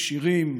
עשירים,